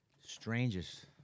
Strangest